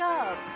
up